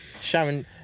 Sharon